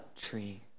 tree